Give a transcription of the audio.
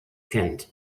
kennt